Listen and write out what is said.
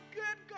good